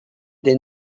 des